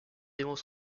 démos